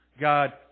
God